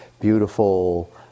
beautiful